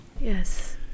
Yes